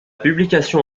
publication